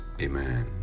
amen